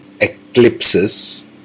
eclipses